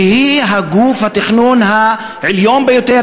שהיא גוף התכנון העליון ביותר,